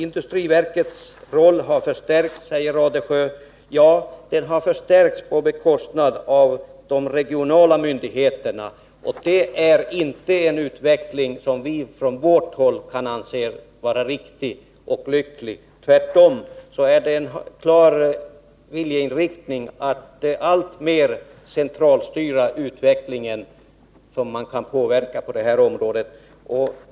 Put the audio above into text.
Industriverkets roll har förstärkts, säger Wivi-Anne Radesjö. Ja, den har förstärkts på bekostnad av de regionala myndigheterna, och det är inte en utveckling som vi från vårt håll kan anse vara riktig och lycklig. Det finns en klar viljeinriktning att allt mer centralstyra den utveckling som man kan påverka på det här området.